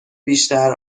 بیشتر